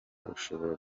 ushobora